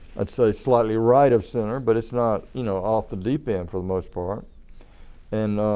and so slightly right of center but it's not you know off the deep end for the most part and